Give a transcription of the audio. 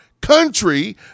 country